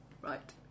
Right